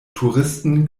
touristen